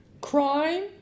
crime